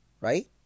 right